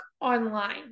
online